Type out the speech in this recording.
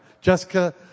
Jessica